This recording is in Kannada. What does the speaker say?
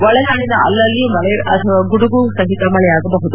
ಒಳನಾಡಿನ ಅಲ್ಲಲ್ಲಿ ಮಳೆ ಅಥವಾ ಗುಡುಗು ಸಹಿತ ಮಳೆಯಾಗಬಹುದು